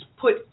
put